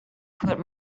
put